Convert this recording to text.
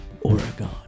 Oregon